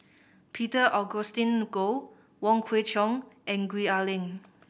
Peter Augustine Goh Wong Kwei Cheong and Gwee Ah Leng